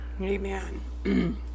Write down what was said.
Amen